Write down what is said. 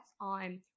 on